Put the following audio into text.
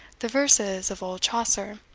the verses of old chaucer